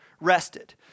rested